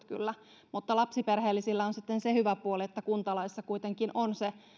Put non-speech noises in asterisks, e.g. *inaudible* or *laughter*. *unintelligible* kyllä mutta lapsiperheellisillä on sitten se hyvä puoli että kuntalaissa kuitenkin on se